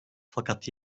fakat